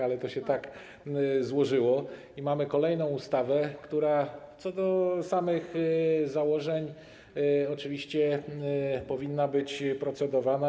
Ale tak się to złożyło i mamy kolejną ustawę, która co do samych założeń oczywiście powinna być procedowana.